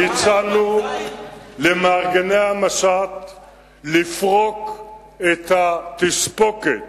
אנחנו הצענו למארגני המשט לפרוק את התספוקת